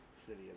City